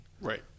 Right